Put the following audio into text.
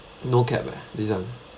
no cap eh this one